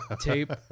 tape